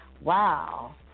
Wow